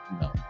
no